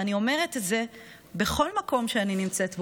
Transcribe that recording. ואני אומרת את זה בכל מקום שאני נמצאת בו,